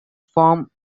farm